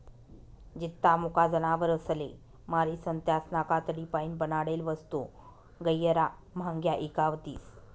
जित्ता मुका जनावरसले मारीसन त्यासना कातडीपाईन बनाडेल वस्तू गैयरा म्हांग्या ईकावतीस